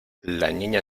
niña